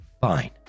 fine